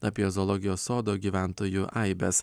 apie zoologijos sodo gyventojų aibes